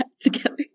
together